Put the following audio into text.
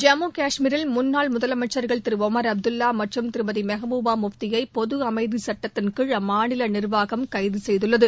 ஜம்மு காஷ்மீரில் முன்னாள் முதலமைச்சா்கள் உமா் அப்துல்லா மற்றும மெஹபுபா முக்தியை பொது அமைதி சுட்டத்தின் கீழ் அம்மாநில நிர்வாகம் கைது செய்துள்ளது